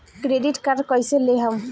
Credit card कईसे लेहम?